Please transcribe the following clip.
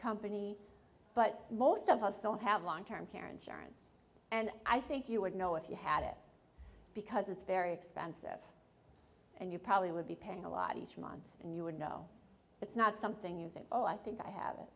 company but most of us don't have long term care insurance and i think you would know if you had it because it's very expensive and you probably would be paying a lot each month and you would know it's not something you think oh i think i have